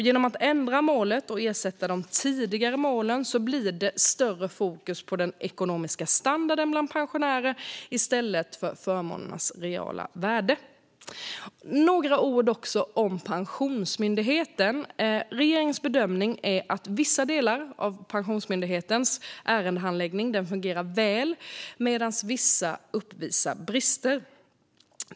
Genom att ändra målet och ersätta de tidigare målen blir det ett större fokus på den ekonomiska standarden bland pensionärer i stället för förmånernas reala värde. Så några ord om Pensionsmyndigheten. Regeringens bedömning är att vissa delar av Pensionsmyndighetens ärendehandläggning fungerar väl medan andra uppvisar brister.